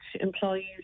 employees